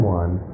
one